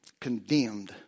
condemned